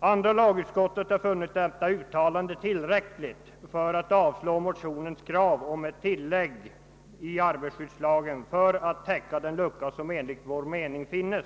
Andra lagutskottet har funnit detta uttalande tillräckligt för att motivera ett avstyrkande av motionens krav om ett tillägg i arbetarskyddslagen för att täcka den lucka, som enligt vår mening finns.